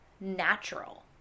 natural